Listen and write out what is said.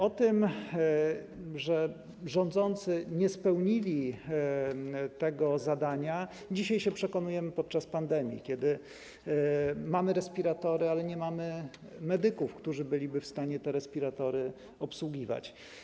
O tym, że rządzący nie wypełnili tego zadania, przekonujemy się dzisiaj, podczas pandemii, kiedy mamy respiratory, ale nie mamy medyków, którzy byliby w stanie te respiratory obsługiwać.